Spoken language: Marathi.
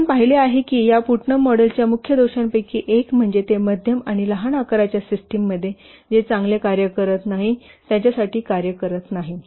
हे आपण पाहिले आहे की या पुटनम मॉडेलच्या मुख्य दोषांपैकी एक म्हणजे ते मध्यम आणि लहान आकाराच्या सिस्टममध्ये जे चांगले कार्य करत नाही त्याच्यासाठी कार्य करत नाही